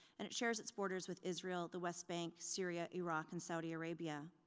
and it shares its borders with israel, the west bank, syria, iraq, and saudi arabia.